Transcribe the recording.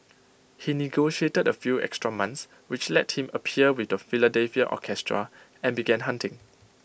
he negotiated A few extra months which let him appear with the Philadelphia orchestra and began hunting